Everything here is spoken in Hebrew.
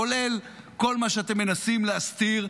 כולל כל מה שאתם מנסים להסתיר.